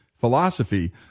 philosophy